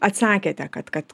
atsakėte kad kad